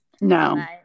No